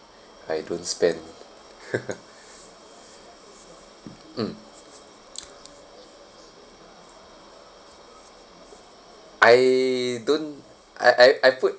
I don't spend mm I don't I I I put